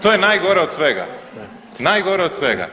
To je najgore od svega, najgore od svega.